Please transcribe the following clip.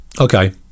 Okay